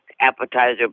appetizer